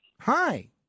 Hi